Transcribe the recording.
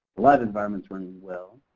the live environment's running well.